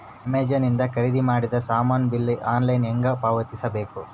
Amazon ಇಂದ ಖರೀದಿದ ಮಾಡಿದ ಸಾಮಾನ ಬಿಲ್ ಆನ್ಲೈನ್ ಹೆಂಗ್ ಪಾವತಿಸ ಬೇಕು?